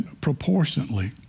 proportionately